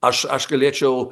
aš aš galėčiau